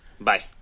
Bye